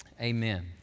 Amen